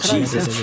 Jesus